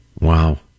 Wow